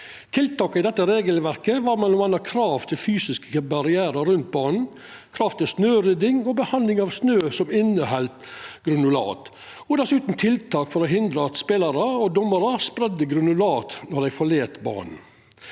Tiltaka i dette regelverket var m.a. krav til fysiske barrierar rundt banen, krav til snørydding og behandling av snø som inneheld granulat, og dessutan tiltak for å hindra at spelarar og dommarar spreidde granulat når dei forlét banen.